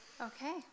Okay